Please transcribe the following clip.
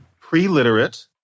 pre-literate